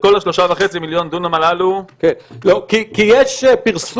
בכל 3.5 מיליון הדונם הללו --- כי יש פרסום,